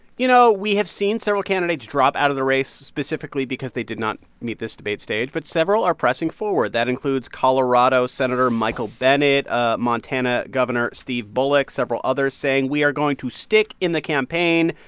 you know, we have seen several candidates drop out of the race specifically because they did not meet this debate stage, but several are pressing forward. that includes colorado senator michael bennet, ah montana governor steve bullock, several others saying, we are going to stick in the campaign.